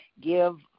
Give